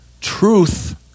Truth